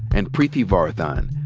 and preeti varathan.